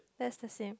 that's the same